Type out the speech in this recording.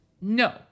No